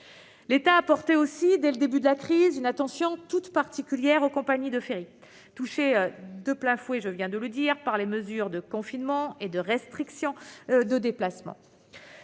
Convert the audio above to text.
L'État a porté, dès le début de la crise, une attention toute particulière aux compagnies de ferries, touchées de plein fouet par les mesures de confinement et de restrictions des déplacements.